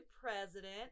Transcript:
president